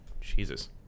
Jesus